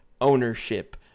ownership